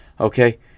okay